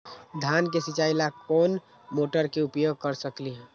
धान के सिचाई ला कोंन मोटर के उपयोग कर सकली ह?